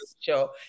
Show